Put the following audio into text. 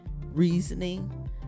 reasoning